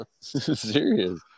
Serious